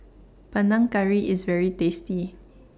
Panang Curry IS very tasty